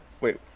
Wait